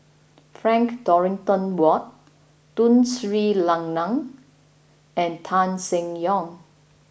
Frank Dorrington Ward Tun Sri Lanang and Tan Seng Yong